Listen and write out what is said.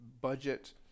budget